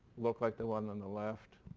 look like the one on the left.